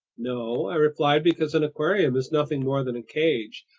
no, i replied, because an aquarium is nothing more than a cage,